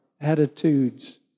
attitudes